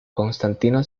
constantino